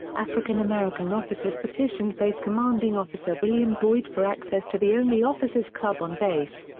african-american officers petitioned base commanding officer william boyd for access to the only officer's club on base.